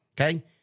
okay